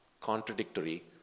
contradictory